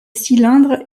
cylindres